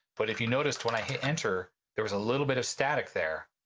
but if you noticed when i hit enter there was a little bit of static there.